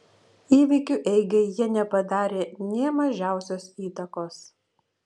įvykių eigai jie nepadarė nė mažiausios įtakos